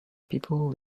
people